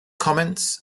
comments